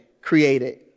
created